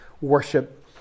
worship